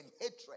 hatred